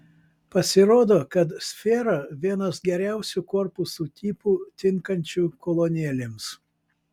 pasirodo kad sfera vienas geriausių korpusų tipų tinkančių kolonėlėms